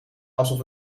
alsof